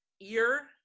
ear